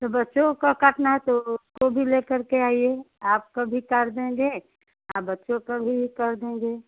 तो बच्चों का काटना है तो उसको भी लेकर आइए आपका भी काट देंगे और बच्चों का भी काट देंगे